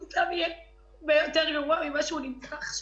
המצב יהיה יותר גרוע ממה שהוא עכשיו.